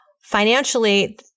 financially